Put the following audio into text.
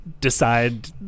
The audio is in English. decide